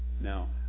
Now